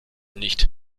nicht